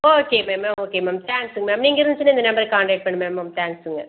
okay ma'am okay ma'am தேங்க்ஸ்ங்க ma'am நீங்கள் இருந்துச்சுன்னா இந்த நம்பர்க்கு கான்டாக்ட் பண்ணு மேம் ரொம்ப தேங்க்ஸ்ங்க